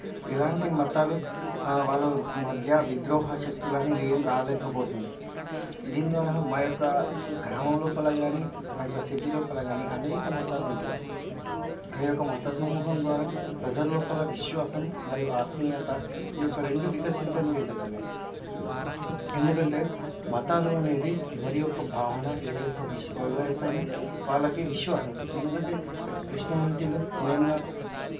ఇలాంటి మతాలు వాళ్ళ మధ్య విద్రోహశక్తులనేవి ఏం రాలేకపోతున్నాయి దీని ద్వారా మా యొక్క గ్రామం లోపల గానీ మా యొక్క సిటీ లోపల కానీ అనేక మతాలు ఉంటాయి ఆ యొక్క మత సమూహం ద్వారా ప్రజల లోపల విశ్వాసం మరియు ఆత్మీయత ఈ యొక్క రెండు వికసించడం జరుగుతున్నాయి ఎందుకంటే మతాలు అనేది ఎవరి యొక్క భావన ఎవరి యొక్క విష్ ఎవరిపైన వాళ్ళకి విశ్వాసం ఎందుకంటే క్రిస్టియానిటీలు మెయిన్గా